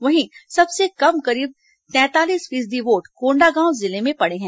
वहीं सबसे कम करीब तैंतालीस फीसदी वोट कोंडागांव जिले में पड़े हैं